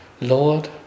Lord